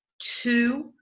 two